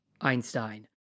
Einstein